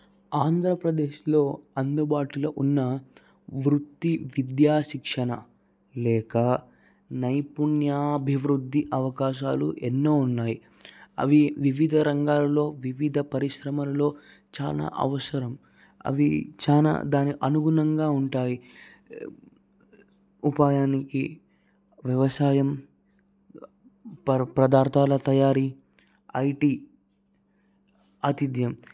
ఆంధ్రప్రదేశ్లో అందుబాటులో ఉన్న వృత్తి విద్యా శిక్షణ లేక నైపుణ్యాభివృద్ధి అవకాశాలు ఎన్నో ఉన్నాయి అవి వివిధ రంగాలలో వివిధ పరిశ్రమల్లో చాలా అవసరం అవి చాలా దాని అనుగుణంగా ఉంటాయి ఉపాయానికి వ్యవసాయం పర పదార్థాల తయారీ ఐటి ఆతిథ్యం